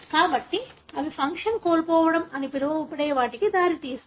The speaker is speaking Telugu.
కాబట్టి అవి ఫంక్షన్ కోల్పోవడం అని పిలవబడే వాటికి దారితీస్తాయి